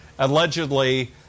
Allegedly